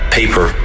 paper